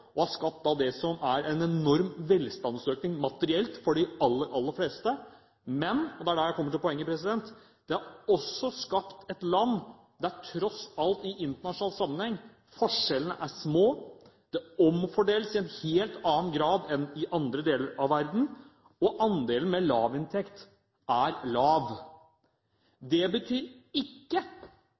som har skapt det som for de aller, aller fleste er en enorm velstandsøkning materielt. Men – og det er her jeg kommer til poenget – det har også skapt et land der forskjellene tross alt er små, i internasjonal sammenheng. Det omfordeles i en helt annen grad enn i andre deler av verden, og andelen med lav inntekt er lav. Det betyr ikke